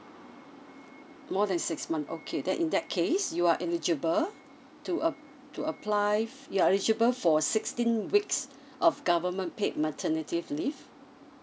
more than six months okay then in that case you are eligible to a~ to apply f~ you are eligible for sixteen weeks of government paid maternity leave